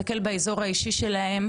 בתוך אתר ממשלתי,